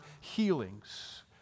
healings